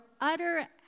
utter